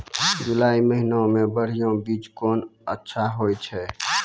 जुलाई महीने मे बढ़िया बीज कौन अच्छा होय छै?